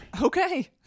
okay